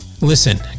Listen